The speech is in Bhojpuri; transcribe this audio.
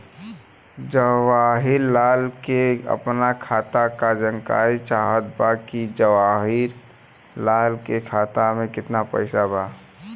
जवाहिर लाल के अपना खाता का जानकारी चाहत बा की जवाहिर लाल के खाता में कितना पैसा बा?